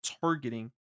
targeting